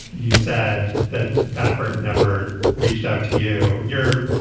you said that baffert never reached out to you. you're.